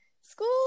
school